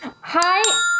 hi